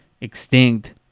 extinct